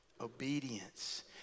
Obedience